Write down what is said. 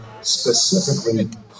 specifically